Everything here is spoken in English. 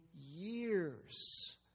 years